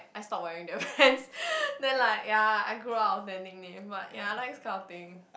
I stop wearing the pants then like ya I grew up with the nickname but ya I like this kind of thing